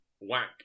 whack